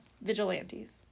Vigilantes